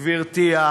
גברתי,